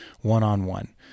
one-on-one